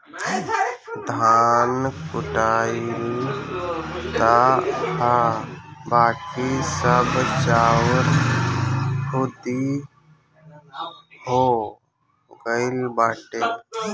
धान कुटाइल तअ हअ बाकी सब चाउर खुद्दी हो गइल बाटे